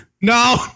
no